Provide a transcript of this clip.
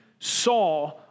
Saw